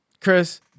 chris